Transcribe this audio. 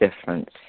difference